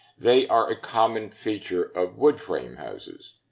they are a common feature of wood-frame houses.